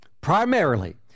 primarily